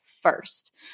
first